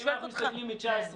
אם אנחנו מסתכלים מ-19',